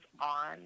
on